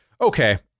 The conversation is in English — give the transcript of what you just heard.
okay